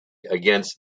against